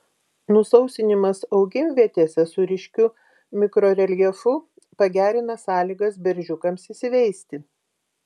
nusausinimas augimvietėse su ryškiu mikroreljefu pagerina sąlygas beržiukams įsiveisti